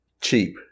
cheap